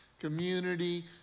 community